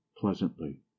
pleasantly